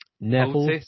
Neville